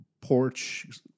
porch